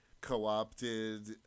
co-opted